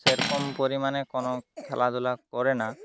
সেরকম পরিমাণে কোনো খেলাধুলা করে না